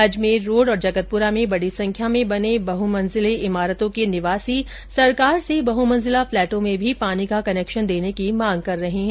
Ajmer road और जगतपुरा में बेडी संख्या में बने बहमंजिले इमारतों के निवासी सरकार से बहमंजिला फ्लेटों में भी पानी का कनेक्शन देने की मांग कर रहे है